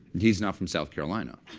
he's not from south carolina.